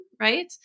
right